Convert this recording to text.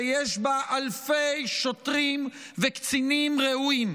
יש בה אלפי שוטרים וקצינים ראויים,